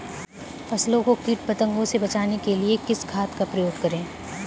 फसलों को कीट पतंगों से बचाने के लिए किस खाद का प्रयोग करें?